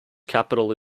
capital